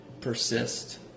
persist